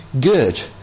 good